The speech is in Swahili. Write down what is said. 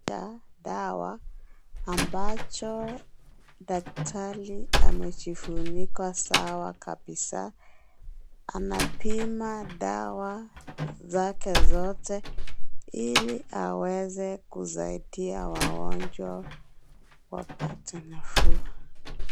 Dawa ambacho daktari amejifunika sawa kabisa anapima dawa zake zote ili aweze kusaidia wagonjwa wapate nafuu.